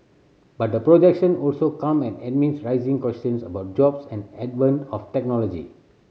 but the projection also come amid rising questions about jobs and advent of technology